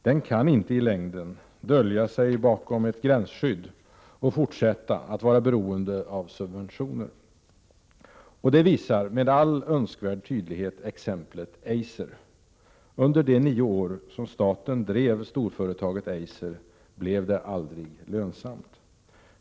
Den kan inte i längden dölja sig bakom ett gränsskydd och fortsätta att vara beroende av subventioner. Det visar med all önskvärd tydlighet exemplet Eiser. Under de nio år som staten drev storföretaget Eiser blev det aldrig lönsamt.